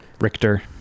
Richter